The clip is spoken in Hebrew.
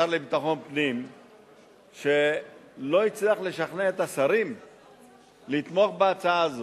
השר לביטחון פנים לא הצליח לשכנע את השרים לתמוך בהצעה הזו.